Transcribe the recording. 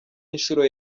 inshuro